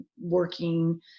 working